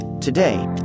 Today